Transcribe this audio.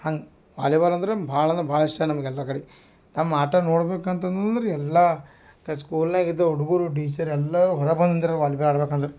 ಹಂಗೆ ವಾಲಿಬಾಲ್ ಅಂದ್ರೆ ಭಾಳ್ ಅಂದ್ರೆ ಭಾಳ್ ಇಷ್ಟ ನಮ್ಗೆ ಎಲ್ಲ ಕಡೆ ನಮ್ಮ ಆಟ ನೋಡ್ಬೇಕಂತಂದ್ರೆ ಎಲ್ಲ ಆ ಸ್ಕೂಲಾಗಿದ್ದ ಹುಡುಗರು ಟೀಚರ್ ಎಲ್ಲರು ಹೊರ ಬಂದ್ರೆ ವಾಲಿಬಾಲ್ ಆಡ್ಬೇಕಂದ್ರೆ